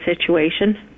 situation